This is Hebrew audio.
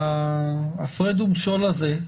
ההפרד ומשול הזה,